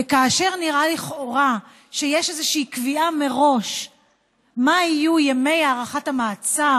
כאשר נראה לכאורה שיש איזו קביעה מראש מה יהיה מספר ימי הארכת המעצר